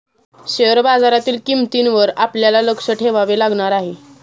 share बाजारातील किंमतींवर आपल्याला लक्ष ठेवावे लागणार आहे